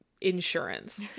insurance